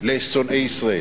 לשונאי ישראל,